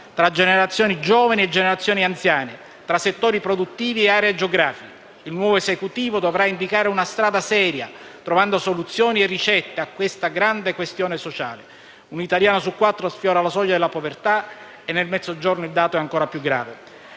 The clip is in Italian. tra generazioni giovani e generazioni anziane, tra settori produttivi e aree geografiche. Il nuovo Esecutivo dovrà indicare una strada seria trovando soluzioni e ricette a questa grande questione sociale: un italiano su quattro sfiora la soglia della povertà e nel Mezzogiorno il dato è ancora più grave.